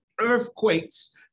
earthquakes